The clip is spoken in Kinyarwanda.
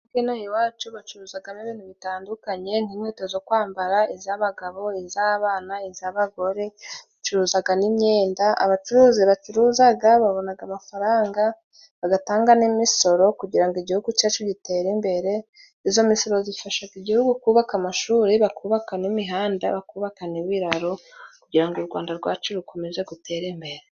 Butike z'inaha iwacu bacuruzamo ibintu bitandukanye nk'inkweto zo kwambara. Iz'abagabo, iz'abana, iz'abagore. Bacuruza n'imyenda. Abacuruzi bacuruza, babona amafaranga, bagatanga n'imisoro kugira ngo Igihugu cyacu gitere imbere. Iyo misoro ifasha Igihugu kubaka amashuri, bakubaka n'imihanda, bakubaka n'ibiraro kugira ngo u Rwanda rwacu rukomeze gutera imbere.